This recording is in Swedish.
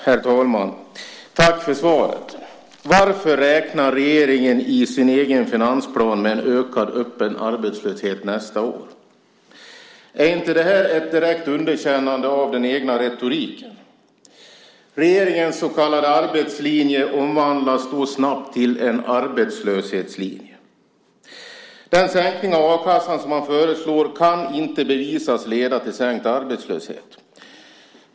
Herr talman! Tack för svaret. Varför räknar regeringen i sin egen finansplan med en ökad öppen arbetslöshet nästa år? Är inte detta ett direkt underkännande av den egna retoriken? Regeringens så kallade arbetslinje omvandlas då snabbt till en arbetslöshetslinje. Den sänkning av a-kassan som regeringen föreslår kan inte bevisas leda till sänkt arbetslöshet.